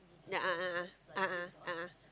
ya a'ah a'ah